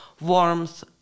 warmth